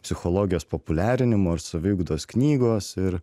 psichologijos populiarinimo ir saviugdos knygos ir